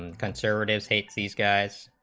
and concert escape these guys